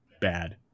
bad